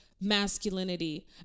masculinity